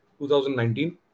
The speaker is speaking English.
2019